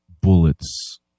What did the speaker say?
bullets